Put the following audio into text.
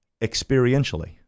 Experientially